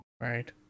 right